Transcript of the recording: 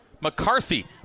McCarthy